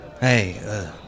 Hey